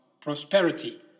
prosperity